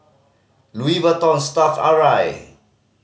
Louis Vuitton Stuff'd Arai